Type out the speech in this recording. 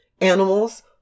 animals